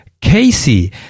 Casey